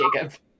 Jacob